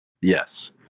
Yes